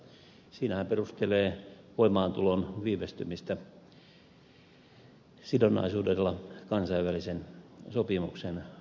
siinä hän perustelee voimaantulon viivästymistä sidonnaisuudella kansainvälisen sopimuksen ratifiointiprosessiin